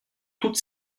toutes